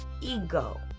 ego